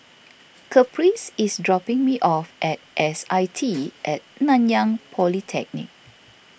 Caprice is dropping me off at S I T at Nanyang Polytechnic